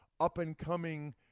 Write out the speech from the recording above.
up-and-coming